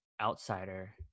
outsider